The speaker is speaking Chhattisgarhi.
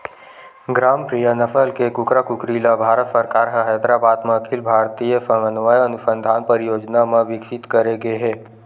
ग्रामप्रिया नसल के कुकरा कुकरी ल भारत सरकार ह हैदराबाद म अखिल भारतीय समन्वय अनुसंधान परियोजना म बिकसित करे गे हे